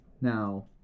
Now